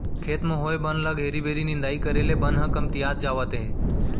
खेत म होए बन ल घेरी बेरी निंदाई करे ले बन ह कमतियात जावत हे